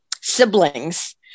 siblings